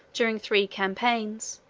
during three campaigns,